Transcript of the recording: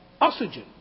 oxygen